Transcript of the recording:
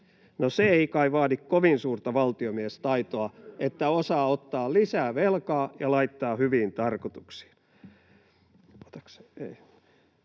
se ei kai vaadi kovin suurta valtiomiestaitoa, että osaa ottaa lisää velkaa ja laittaa hyvin tarkoituksiin.